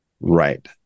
Right